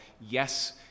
yes